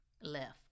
left